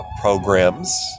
programs